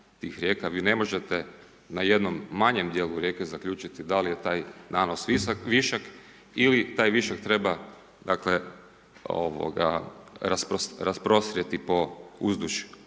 vi ne možete na jednom manjem dijelu rijeke zaključiti da li je taj nanos višak ili taj višak treba dakle ovoga rasprostrijeti po uzduž